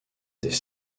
des